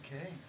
Okay